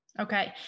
Okay